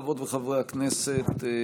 חברות וחברי הכנסת,